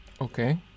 Okay